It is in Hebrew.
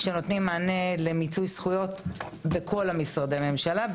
שנותנים מענה למיצוי זכויות בכל משרדי הממשלה,